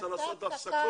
תעצור לרגע.